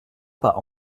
pas